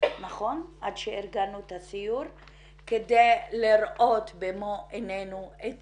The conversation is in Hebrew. עד שארגנו את הסיור כדי לראות במו עינינו את